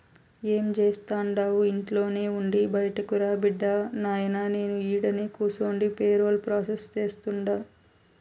ఏం జేస్తండావు ఇంట్లోనే ఉండి బైటకురా బిడ్డా, నాయినా నేను ఈడనే కూసుండి పేరోల్ ప్రాసెస్ సేస్తుండా